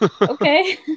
okay